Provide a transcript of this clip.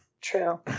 true